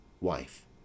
Wife